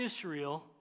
Israel